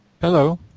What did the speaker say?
Hello